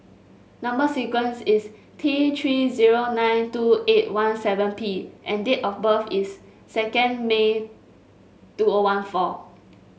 number sequence is T Three zero nine two eight one seven P and date of birth is second May two O one four